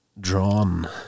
Drawn